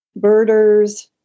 birders